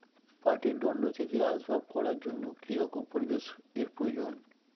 পাটের দণ্ড থেকে আসবাব করার জন্য কি রকম পরিবেশ এর প্রয়োজন?